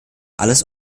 alles